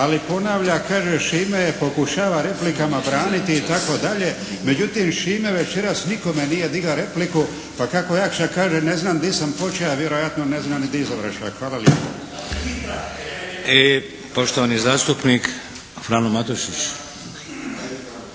Ali ponavlja kaže Šime je pokušava replikama braniti itd. Međutim Šime večeras nikome nije diga repliku. Pa kako Jakša kaže ne znam gdi sam počea, vjerojatno ne zna ni gdi završava. Hvala lijepo. **Šeks, Vladimir